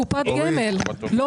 בקופת גמל, גבירתי.